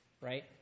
Right